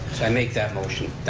i make that motion,